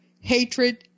hatred